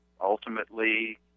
ultimately